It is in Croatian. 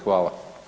Hvala.